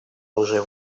оружия